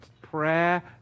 prayer